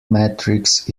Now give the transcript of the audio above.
matrix